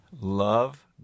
Love